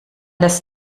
das